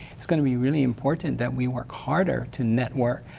it's going to be really important that we work harder to network,